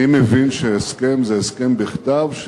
אני מבין שהסכם זה הסכם בכתב,